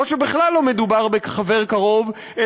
או שבכל לא מדובר בחבר קרוב,